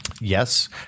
Yes